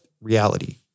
reality